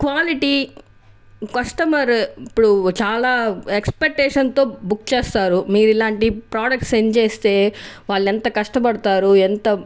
quality customer ఇప్పుడు చాలా ఎక్సపెక్టషన్తో బుక్ చేస్తారు మీరు ఇలాంటి ప్రోడక్ట్ సెండ్ చేస్తే వాళ్ళు ఎంత కష్టపడుతారు ఎంత